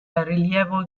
rilievo